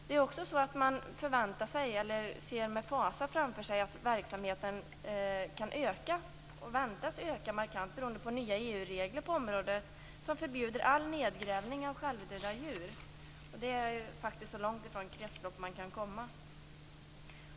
De ser med fasa framför sig att verksamheten förväntas öka markant beroende på nya EU-regler på området som förbjuder all nedgrävning av självdöda djur. Det är faktiskt så långt från ett kretslopp som man kan komma.